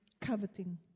coveting